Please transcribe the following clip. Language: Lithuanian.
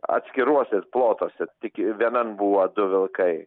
atskiruose plotuose tik vienan buvo du vilkai